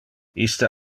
iste